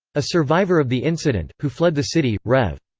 a survivor of the incident, who fled the city, rev.